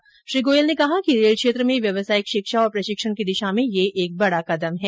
श्री पीयूष गोयल ने कहा कि रेल क्षेत्र में व्यावसायिक शिक्षा और प्रशिक्षण की दिशा में यह एक बड़ा कदम है